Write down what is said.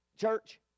Church